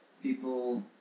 people